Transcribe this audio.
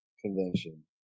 convention